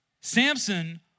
Samson